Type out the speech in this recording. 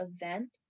event